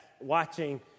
watching